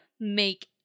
make